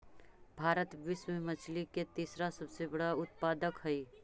भारत विश्व में मछली के तीसरा सबसे बड़ा उत्पादक हई